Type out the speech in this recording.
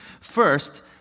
first